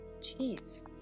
Jeez